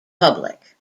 public